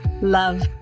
love